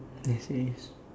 yes it is